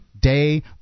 day